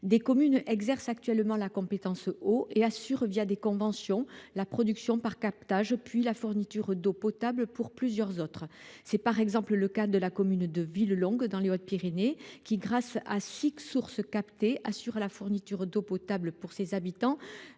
Des communes exercent actuellement la compétence « eau ». Elles assurent, des conventions, la production par captage puis la fourniture d’eau potable pour plusieurs autres. C’est, par exemple, le cas de la commune de Villelongue, dans les Hautes Pyrénées, qui, grâce à six sources captées, assure la fourniture d’eau potable pour ses habitants